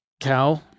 cow